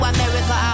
America